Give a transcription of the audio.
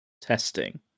Testing